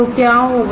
तो क्या होगा